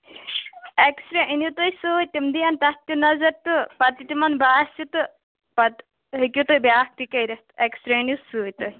Axis ray أنِو تُہۍ سۭتۍ تِم دِن تَتھ تہِ نَظر تہٕ پَتہٕ یہِ تِمن باسہِ تہٕ پتہٕ ہیٚکِو تُہۍ بیٛاکھ تہِ کٔرِتھ ایٚکٕس ریٚے أنِو سۭتۍ تُہۍ